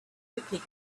quickly